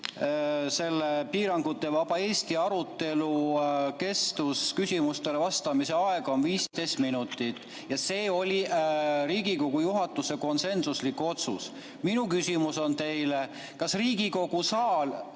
et piirangutevaba Eesti arutelul on küsimustele vastamise aeg 15 minutit ja see oli Riigikogu juhatuse konsensuslik otsus. Minu küsimus teile: kas Riigikogu saal